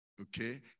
Okay